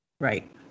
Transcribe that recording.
Right